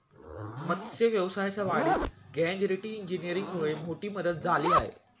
मत्स्य व्यवसायाच्या वाढीस गॅजेटरी इंजिनीअरिंगमुळे मोठी मदत झाली आहे